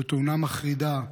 בתאונה מחרידה,